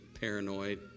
paranoid